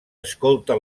escolta